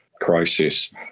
crisis